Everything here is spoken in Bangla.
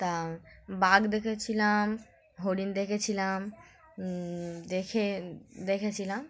তা বাঘ দেখেছিলাম হরিণ দেখেছিলাম দেখে দেখেছিলাম